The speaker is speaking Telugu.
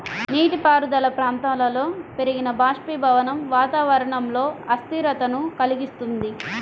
నీటిపారుదల ప్రాంతాలలో పెరిగిన బాష్పీభవనం వాతావరణంలో అస్థిరతను కలిగిస్తుంది